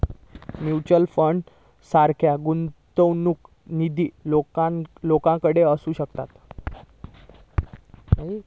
mutual फंडासारखा गुंतवणूक निधी लोकांकडे असू शकता